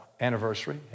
anniversary